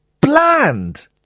bland